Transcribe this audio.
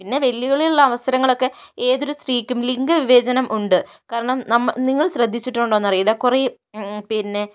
പിന്നെ വെല്ലുവിളിയുള്ള അവസരങ്ങളൊക്കെ എതൊരു സ്ത്രീക്കും ലിംഗവിവേചനം ഉണ്ട് കാരണം നമ്മൾ നിങ്ങള് ശ്രദ്ധിച്ചിട്ടുണ്ടോ എന്നറിയില്ല കുറേ പിന്നെ